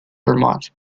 vermont